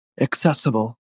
accessible